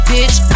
Bitch